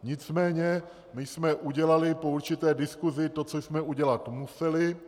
Nicméně my jsme udělali po určité diskusi to, co jsme udělat museli.